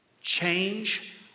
change